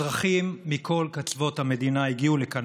אזרחים מכל קצוות המדינה הגיעו לכאן